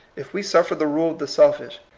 if we suffer the rule of the selfish,